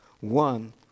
One